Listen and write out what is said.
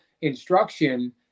instruction